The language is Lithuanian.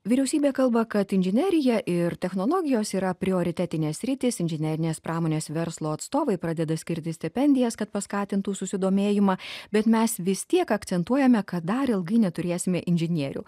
vyriausybė kalba kad inžinerija ir technologijos yra prioritetinės sritys inžinerinės pramonės verslo atstovai pradeda skirti stipendijas kad paskatintų susidomėjimą bet mes vis tiek akcentuojame kad dar ilgai neturėsime inžinierių